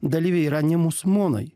dalyviai yra ne musulmonai